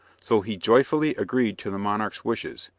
so he joyfully agreed to the monarch's wishes,